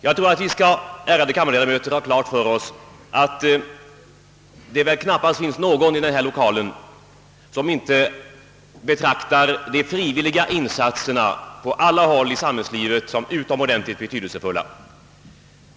Jag tror att vi, ärade kammarledamöter, skall ha klart för oss att det knappast finns någon i denna lokal som inte betraktar de frivilliga insatserna på alla håll i samhället som utomordentligt betydelsefulla.